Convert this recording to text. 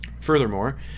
Furthermore